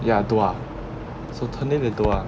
ya so